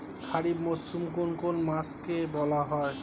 খারিফ মরশুম কোন কোন মাসকে বলা হয়?